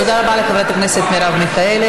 תודה רבה לחברת הכנסת מיכאלי.